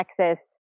Texas